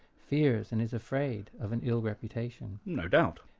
fears and is afraid of an ill reputation. no doubt.